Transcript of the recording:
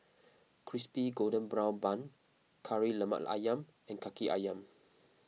Crispy Golden Brown Bun Kari Lemak Ayam and Kaki Ayam